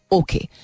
okay